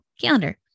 calendar